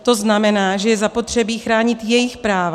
To znamená, že je zapotřebí chránit jejich práva.